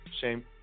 Shame